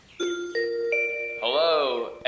Hello